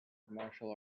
martial